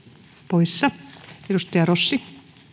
poissa edustaja rossi